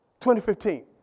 2015